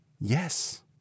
Yes